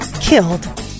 killed